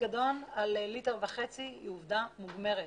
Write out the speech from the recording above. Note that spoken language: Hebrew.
שהפיקדון על בקבוק ליטר וחצי הוא עובדה מוגמרת.